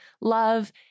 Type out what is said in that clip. love